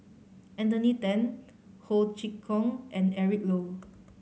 Anthony Then Ho Chee Kong and Eric Low